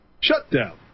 shutdown